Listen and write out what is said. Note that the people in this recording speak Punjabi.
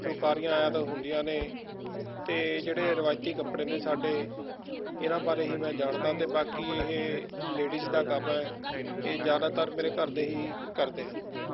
ਫੁਲਕਾਰੀਆਂ ਆਦਿ ਹੁੰਦੀਆਂ ਨੇ ਅਤੇ ਜਿਹੜੇ ਰਵਾਇਤੀ ਕੱਪੜੇ ਨੇ ਸਾਡੇ ਇਹਨਾਂ ਬਾਰੇ ਹੀ ਮੈਂ ਜਾਣਦਾ ਅਤੇ ਬਾਕੀ ਇਹ ਲੇਡੀਜ਼ ਦਾ ਕੰਮ ਹੈ ਇਹ ਜ਼ਿਆਦਾਤਰ ਮੇਰੇ ਘਰਦੇ ਹੀ ਕਰਦੇ ਹਨ